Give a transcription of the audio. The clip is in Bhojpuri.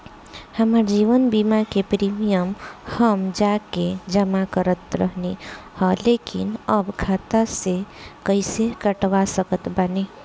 हमार जीवन बीमा के प्रीमीयम हम जा के जमा करत रहनी ह लेकिन अब खाता से कइसे कटवा सकत बानी?